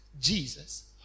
Jesus